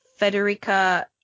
Federica